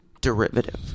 derivative